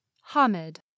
Hamid